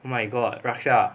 my god raksha